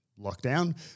lockdown